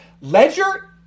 Ledger